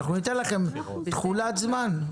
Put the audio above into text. אנחנו ניתן להם תחולת זמן,